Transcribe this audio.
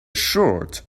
short